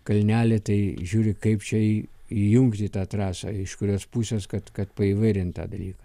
kalnelį tai žiūri kaip čia įjungti tą trasą iš kurios pusės kad kad paįvairint tą dalyką